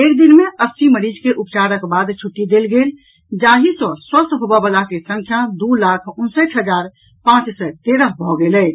एक दिन मे अस्सी मरीज के उपचारक बाद छुट्टी देल गेल जाहि सॅ स्वस्थ होबऽवला के संख्या दू लाख उनसठि हजार पांच सय तेरह भऽ गेल अछि